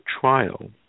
trial